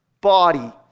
body